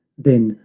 then,